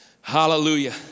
Hallelujah